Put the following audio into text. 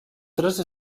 tres